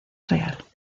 real